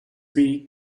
beak